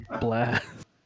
Blast